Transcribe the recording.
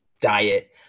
diet